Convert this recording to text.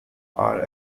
are